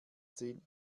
zehn